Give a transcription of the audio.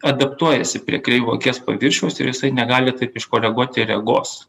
adaptuojasi prie kreivo akies paviršiaus ir jisai negali taip iškoreguoti regos